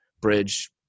bridge